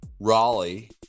Raleigh